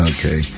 Okay